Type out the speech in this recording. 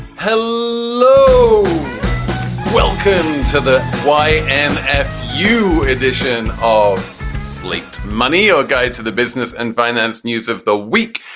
hello welcome to the y and f you edition of slaked money, your guide to the business and finance news of the week.